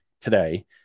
today